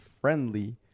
friendly